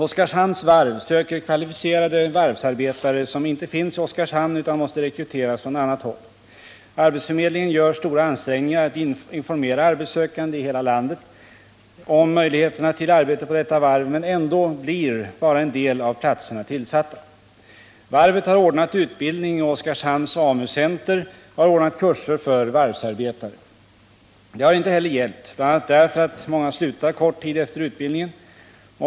Oskarshamns varv söker kvalificerade varvsarbetare, som inte finns i Oskarshamn utan måste rekryteras från annat håll. Arbetsförmedlingen gör stora ansträngningar att informera arbetssökande i hela landet om möjligheterna till arbete på detta varv, men ändå blir bara en del av platserna tillsatta. Varvet har ordnat utbildning, och Oskarshamns AMU-center har ordnat kurser för varvsarbetare. Det har inte heller hjälpt, bl.a. därför att många slutar kort tid efter utbildningen.